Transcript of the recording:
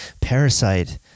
Parasite